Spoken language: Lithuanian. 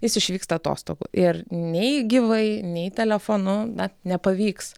jis išvyksta atostogų ir nei gyvai nei telefonu nepavyks